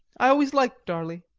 i always liked darley.